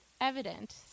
evident